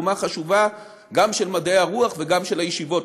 התרומה חשובה גם של מדעי הרוח וגם של הישיבות,